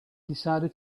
decided